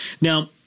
Now